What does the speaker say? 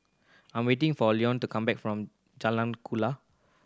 I'm waiting for Lionel to come back from Jalan Kuala